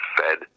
fed